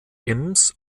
ems